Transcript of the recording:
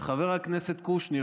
וחבר הכנסת קושניר,